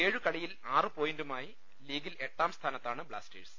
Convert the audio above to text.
ഏഴുകളിയിൽ ആറുപോയന്റുമായി ലീഗിൽ എട്ടാംസ്ഥാന ത്താണ് ബ്ലാസ്റ്റേഴ്സ്